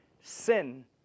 sin